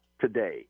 today